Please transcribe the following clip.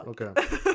Okay